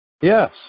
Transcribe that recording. yes